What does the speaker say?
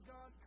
God